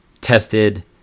tested